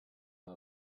nta